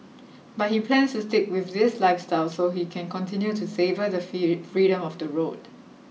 but he plans to stick with this lifestyle so he can continue to savour the free freedom of the road